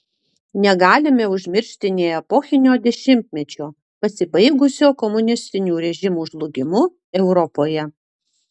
negalime užmiršti nė epochinio dešimtmečio pasibaigusio komunistinių režimų žlugimu europoje